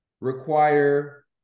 require